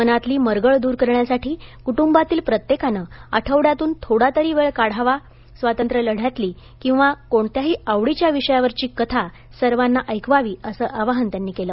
मनातली मरगळ दूर करण्यासाठी कुटुंबातील प्रत्येकानं आठवड्यातून थोडातरी वेळ काढावा स्वातंत्र्य लढ्यातली किंवा कोणत्याही आवडीच्या विषयावरची कथा सर्वांना ऐकवावी असं आवाहन त्यांनी केलं